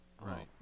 Right